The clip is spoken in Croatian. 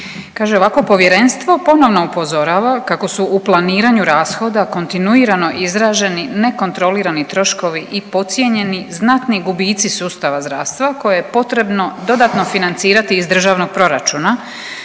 ovako „Povjerenstvo ponovno upozorava kako su u planiranju rashoda kontinuirano izraženi nekontrolirani troškovi i podcijenjeni znatni gubici sustava zdravstva koje je potrebno dodatno financirati iz državnog proračuna